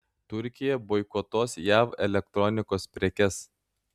turkija boikotuos jav elektronikos prekes